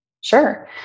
Sure